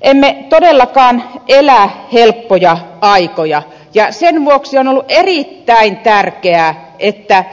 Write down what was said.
emme todellakaan elä helppoja aikoja ja sen vuoksi on ollut erittäin tärkeää että